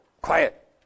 Quiet